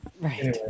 Right